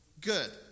Good